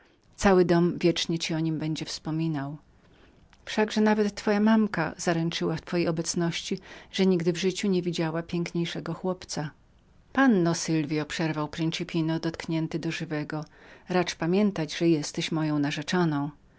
cały dom wiecznie ci o nim będzie wspominał wszakże sama twoja mamka zaręczyła w twojej obecności że nigdy w życiu nie widziała piękniejszego chłopca panno sylwio przerwał principino dotknięty do żywego racz pamiętać że jestećjesteś moją narzeczoną